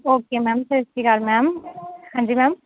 okay ma'am ਸਤਿ ਸ਼੍ਰੀ ਅਕਾਲ ਮੈਮ ਹਾਂਜੀ ਮੈਮ